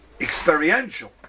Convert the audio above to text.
experiential